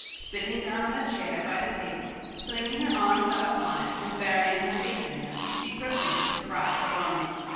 sitting down on a chair by the table, flinging her arms out upon it, and burying her face in them, she proceeded to cry stormily.